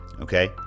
okay